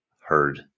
heard